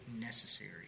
necessary